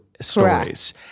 stories